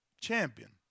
champion